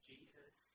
Jesus